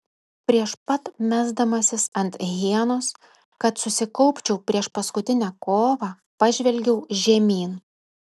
prieš pat mesdamasis ant hienos kad susikaupčiau prieš paskutinę kovą pažvelgiau žemyn